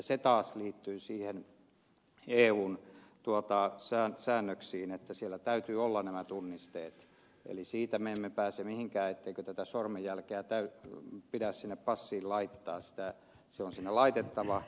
se taas liittyy siihen eun säännökseen että siellä täytyy olla nämä tunnisteet eli siitä me emme pääse mihinkään että tämä sormenjälki pitää sinne passiin laittaa se on sinne laitettava